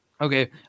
Okay